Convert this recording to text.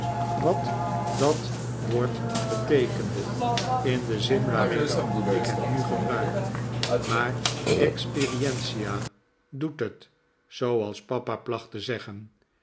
wat dat woord beteekende in den zin waarin ik het nu gebruik maar experientia doet he zooals papa placht te zeggen